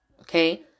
Okay